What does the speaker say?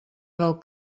del